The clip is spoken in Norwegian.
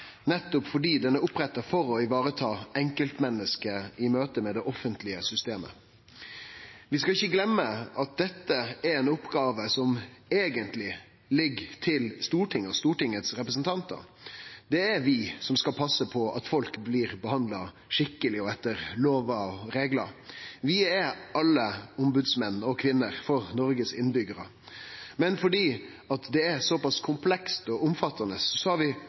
nettopp fordi han er oppretta for å ta vare på enkeltmennesket i møte med det offentlege systemet. Vi skal ikkje gløyme at dette er ei oppgåve som eigentleg ligg til Stortinget og stortingsrepresentantane. Det er vi som skal passe på at folk blir behandla skikkeleg og etter lover og reglar. Vi er alle ombodsmenn og -kvinner for innbyggjarane i Noreg. Men fordi det er såpass komplekst og omfattande, har vi